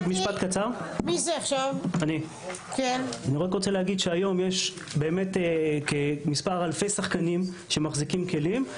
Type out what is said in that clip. אני רוצה להגיד משפט קצר: היום יש באמת אלפי שחקנים שמחזיקים כלים.